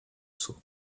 saut